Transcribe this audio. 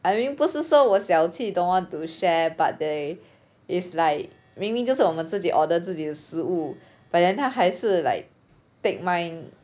I mean 不是说我小气 don't want to share but there is like 明明就是我们自己 order 自己的食物 but then 他还是 like take mine